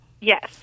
Yes